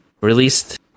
released